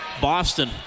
Boston